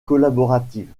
collaborative